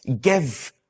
give